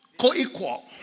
co-equal